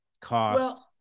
cost